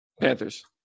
Panthers